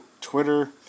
Twitter